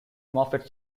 muppet